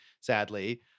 sadly